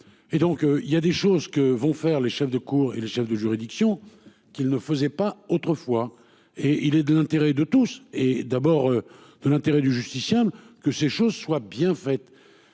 et donc il y a des choses que vont faire les chefs de cour et les chefs de juridiction qu'il ne faisait pas autrefois et il est de l'intérêt de tous et d'abord de l'intérêt du justiciable que ces choses soient bien faites.